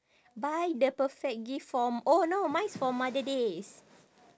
buy the perfect gift for m~ oh no mine is for mother days